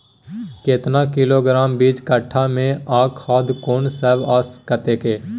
केतना किलोग्राम बीज कट्ठा मे आ खाद कोन सब आ कतेक?